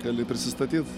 gali prisistatyt